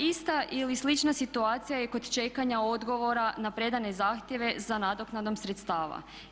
Ista ili slična situacija je kod čekanja odgovora na predane zahtjeve za nadoknadom sredstava.